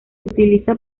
utiliza